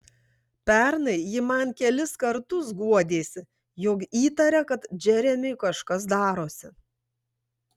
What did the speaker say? pernai ji man kelis kartus guodėsi jog įtaria kad džeremiui kažkas darosi